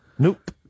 Nope